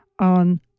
on